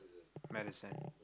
my medicine